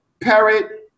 parrot